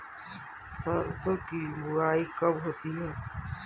सरसों की बुआई कब होती है?